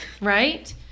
right